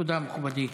תודה, מכובדי.